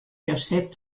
josep